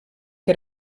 que